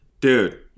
Dude